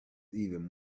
even